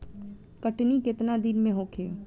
कटनी केतना दिन में होखे?